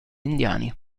indiani